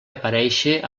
aparéixer